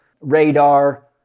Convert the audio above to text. radar